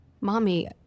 Mommy